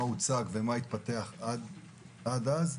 מה הוצג ומה התפתח עד אז.